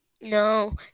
no